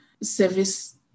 service